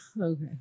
Okay